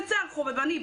קצר וחובבני,